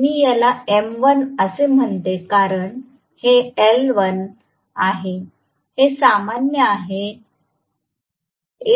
मी याला एम 1 असे म्हणते कारण हे एल 1 आहे हे सामान्य आहे